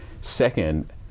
Second